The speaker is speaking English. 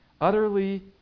Utterly